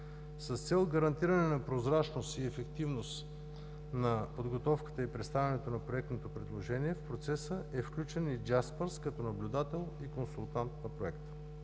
С цел гарантиране на прозрачност и ефективност на подготовката и представянето на проектното предложение, в процеса е включен и „Джаспърс“, като наблюдател и консултант на проекта.